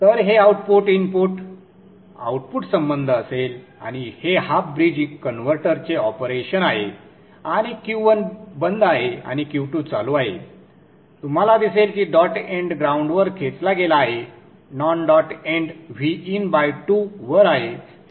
तर हे output input output संबंध असेल आणि हे हाफ ब्रिज कन्व्हर्टरचे ऑपरेशन आहे आणि Q1 बंद आहे आणि Q2 चालू आहे तुम्हाला दिसेल की डॉट एंड ग्राऊंडवर खेचला गेला आहे नॉन डॉट एंड Vin2 वर आहे